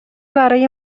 برای